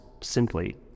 simply